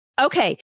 okay